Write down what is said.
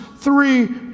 three